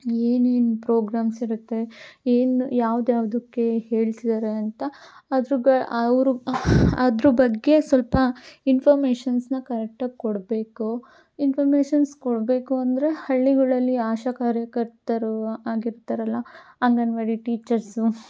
ಏನೇನು ಪ್ರೋಗ್ರಾಮ್ಸ್ ಇರುತ್ತೆ ಏನು ಯಾವ್ದು ಯಾವುದಕ್ಕೆ ಹೇಳ್ತಿದ್ದಾರೆ ಅಂತ ಅದ್ರ ಅವರು ಅದ್ರ ಬಗ್ಗೆ ಸ್ವಲ್ಪ ಇನ್ಫಾರ್ಮೇಷನ್ಸ್ನಾ ಕರೆಕ್ಟಾಗಿ ಕೊಡಬೇಕು ಇನ್ಫಾರ್ಮೇಷನ್ಸ್ ಕೊಡಬೇಕು ಅಂದರೆ ಹಳ್ಳಿಗಳಲ್ಲಿ ಆಶಾ ಕಾರ್ಯಕರ್ತರು ಆಗಿರ್ತಾರಲ್ಲ ಅಂಗನವಾಡಿ ಟೀಚರ್ಸು